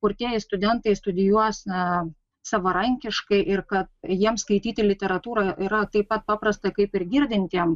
kurtieji studentai studijuos na savarankiškai ir kad jiems skaityti literatūrą yra taip pat paprasta kaip ir girdintiem